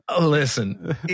Listen